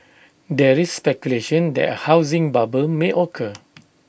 there is speculation that A housing bubble may occur